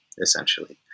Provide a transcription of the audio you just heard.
essentially